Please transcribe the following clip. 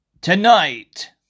tonight